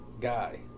guy